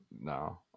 No